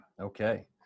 okay